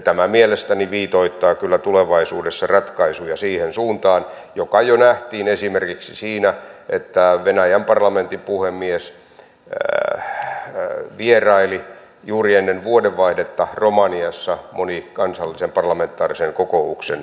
tämä mielestäni viitoittaa kyllä tulevaisuudessa ratkaisuja siihen suuntaan joka jo nähtiin esimerkiksi siinä että venäjän parlamentin puhemies vieraili juuri ennen vuodenvaihdetta romaniassa monikansallisen parlamentaarisen kokouksen merkeissä